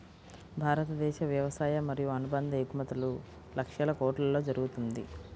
భారతదేశ వ్యవసాయ మరియు అనుబంధ ఎగుమతులు లక్షల కొట్లలో జరుగుతుంది